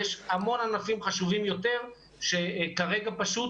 יש המון ענפים חשובים יותר שכרגע פשוט